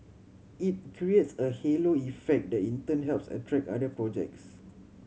it creates a halo effect that in turn helps attract other projects